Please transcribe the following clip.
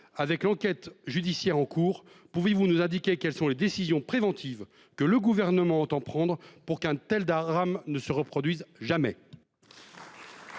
avec l'enquête judiciaire en cours. Pouvez-vous nous indiquer quelles sont les décisions préventives que le gouvernement entend prendre pour qu'un tel. Ne se reproduise jamais.